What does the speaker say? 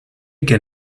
can